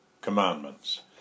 commandments